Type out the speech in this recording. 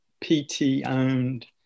PT-owned